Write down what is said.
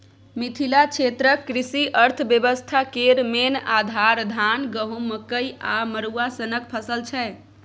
मिथिला क्षेत्रक कृषि अर्थबेबस्था केर मेन आधार, धान, गहुँम, मकइ आ मरुआ सनक फसल छै